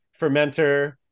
fermenter